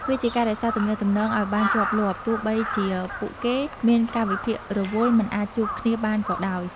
វាជាការរក្សាទំនាក់ទំនងឱ្យបានជាប់លាប់ ទោះបីជាពួកគេមានកាលវិភាគរវល់មិនអាចជួបគ្នាបានក៏ដោយ។